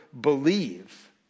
believe